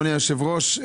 אדוני היושב-ראש,